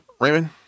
Raymond